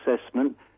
assessment